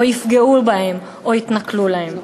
שיפגעו בהם או שיתנכלו להם.